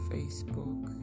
Facebook